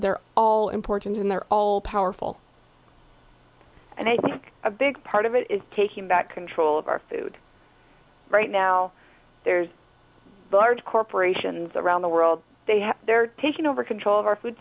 they're all important and they're all powerful and i think a big part of it is taking back control of our food right now there's large corporations around the world they have they're taking over control of our food